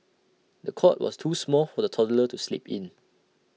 the cot was too small for the toddler to sleep in